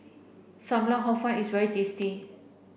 Sam Lau Hor Fun is very tasty